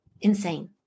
insane